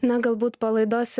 na galbūt po laidos